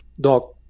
dog